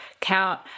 count